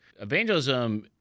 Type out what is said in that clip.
Evangelism